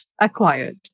acquired